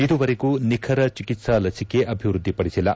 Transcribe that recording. ಇದುವರೆಗೂ ನಿಖರ ಚಿಕಿತ್ಸಾ ಲಸಿಕೆ ಅಭಿವೃದ್ದಿ ಪಡಿಸಿಲ್ಲ